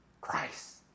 Christ